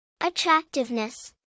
Attractiveness